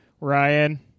Ryan